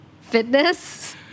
fitness